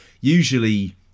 usually